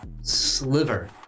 sliver